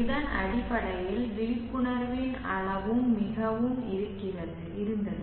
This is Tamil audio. இதன் அடிப்படையில் விழிப்புணர்வின் அளவும் மிகவும் இருந்தது